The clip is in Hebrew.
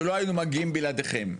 שלא היינו מגיעים בלעדיכם.